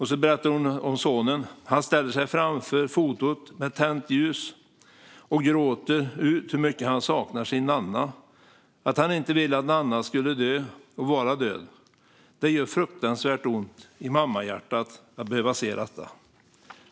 Hon berättar om sonen: "Han ställer sig framför fotot med tänt ljus framför och gråter ut hur mycket han saknar sin Nanna, att han inte vill att Nanna skulle dö och vara död. Det gör fruktansvärt ont i mammahjärtat att behöva se detta."